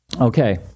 Okay